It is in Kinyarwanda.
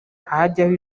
hajyaho